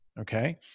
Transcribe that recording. Okay